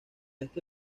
este